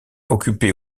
occupés